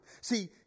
See